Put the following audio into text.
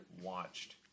watched